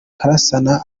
kurasana